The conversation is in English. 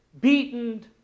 beaten